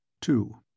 Two